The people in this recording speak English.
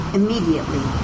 immediately